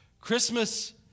Christmas